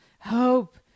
Hope